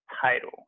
title